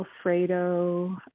Alfredo